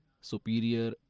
superior